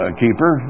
keeper